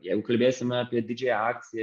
jeigu kalbėsime apie didžiąją akciją